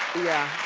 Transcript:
yeah.